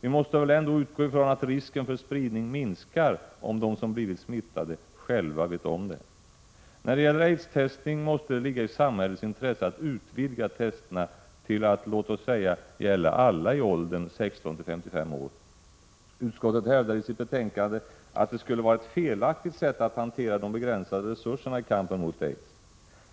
Vi måste väl ändå utgå ifrån att risken för spridning minskar om de som blivit smittade själva vet om det. När det gäller aidstestning måste det ligga i samhällets intresse att utvidga testerna till att gälla låt oss säga alla i åldern 16-55 år. Utskottet hävdar i sitt betänkande att det skulle vara ett felaktigt sätt att hantera de begränsade resurserna i kampen mot aids.